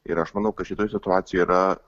ir aš manau kad šitoj situacijoj yra